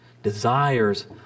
Desires